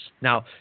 now